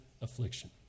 affliction